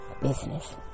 business